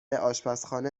آشپزخانه